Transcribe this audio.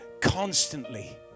constantly